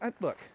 look